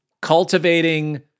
cultivating